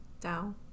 down